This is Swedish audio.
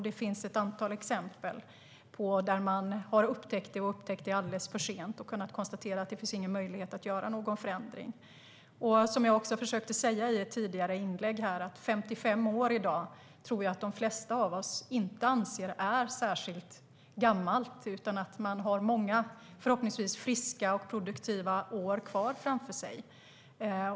Det finns ett antal exempel där man har upptäckt det alldeles för sent och kunnat konstatera att det inte finns någon möjlighet att göra någon förändring. Som jag sa i ett tidigare inlägg här tror jag att de flesta av oss i dag inte anser att 55 år är särskilt gammalt, utan att man har många förhoppningsvis friska och produktiva år kvar framför sig.